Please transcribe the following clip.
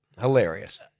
Hilarious